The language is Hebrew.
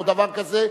או דבר כזה,